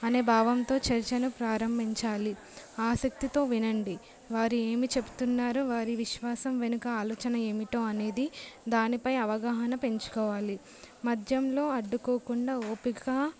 అనే భావంతో చర్చను ప్రారంభించాలి ఆసక్తితో వినండి వారు ఏమి చెప్తున్నారో వారి విశ్వాసం వెనుక ఆలోచన ఏమిటో అనేది దానిపై అవగాహన పెంచుకోవాలి మధ్యలో అడ్డుకోకుండా ఓపిక